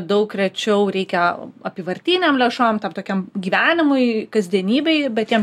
daug rečiau reikia apyvartinėm lėšom tam tokiam gyvenimui kasdienybei bet tiem